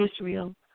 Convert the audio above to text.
Israel